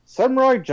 Samurai